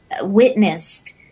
witnessed